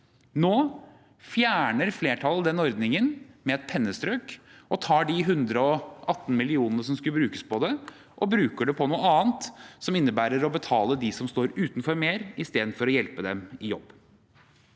Nå fjerner flertallet den ordningen med et pennestrøk og tar de 118 millionene som skulle brukes på det, og bruker det på noe annet, som innebærer å betale mer til dem som står utenfor, istedenfor å hjelpe dem i jobb.